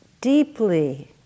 deeply